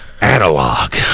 Analog